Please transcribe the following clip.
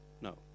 no